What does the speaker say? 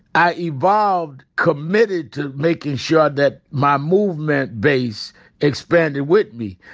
i evolved committed to making sure that my movement base expanded with me.